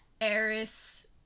Eris